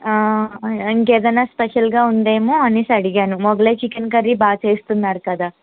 ఇంకా ఏదైన స్పెషల్ గా ఉందేమో అనేసి అడిగాను మొగలాయ్ చికెన్ కర్రీ బాగా చేస్తున్నారు కదా